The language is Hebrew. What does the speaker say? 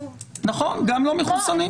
גם אם הם לא מחוסנים.